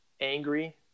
angry